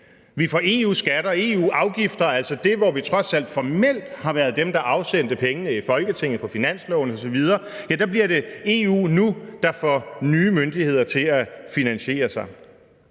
til EU-skatter og EU-afgifter – altså der, hvor vi trods alt formelt har været dem, der afsatte pengene i Folketinget på finansloven osv. – bliver det nu EU, der får nye myndigheder til at finansiere sig.